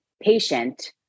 patient